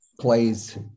plays